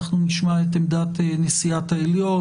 אנחנו נשמע את עמדת נשיאת העליון.